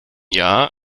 jahr